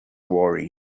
worry